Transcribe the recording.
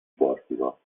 portico